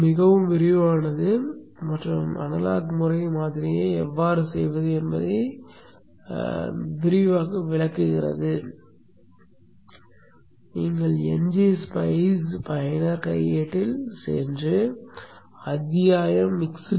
மிகவும் விரிவானது மற்றும் அனலாக் முறை மாதிரியை எவ்வாறு செய்வது என்பதை விரிவாக விவாதிக்கிறது